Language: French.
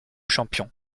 champions